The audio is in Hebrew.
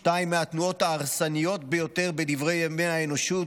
שתיים מהתנועות ההרסניות ביותר בדברי ימי האנושות,